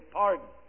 pardon